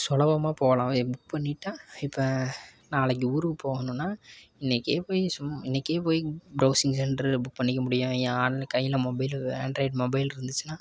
சுலபமா போகலாம் ஏ புக் பண்ணிட்டால் இப்போ நாளைக்கி ஊருக்கு போகணுன்னு இன்றைக்கே போயி சும் இன்றைக்கே போய் ப்ரௌஸிங் சென்டரில் புக் பண்ணிக்க முடியும் ஏன் ஆன் கையில் மொபைலு ஆன்ட்ராய்டு மொபைல் இருந்துச்சுன்னா